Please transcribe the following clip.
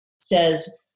says